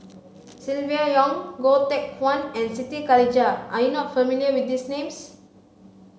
Silvia Yong Goh Teck Phuan and Siti Khalijah are you not familiar with these names